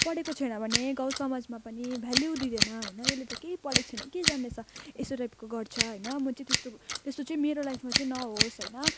पढेको छैन भने गाउँसमाजमा पनि भेल्यु दिँदैन होइन यसले त केही पढेको छैन के जान्दैछ यस्तो टाइपको गर्छ होइन म चाहिँ त्यस्तो त्यस्तो चाहिँ मेरो लाइफमा चाहिँ नहोस् होइन